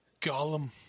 Gollum